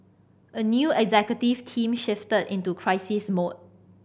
a new executive team shifted into crisis mode